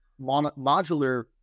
modular